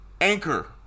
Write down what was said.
Anchor